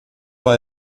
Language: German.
war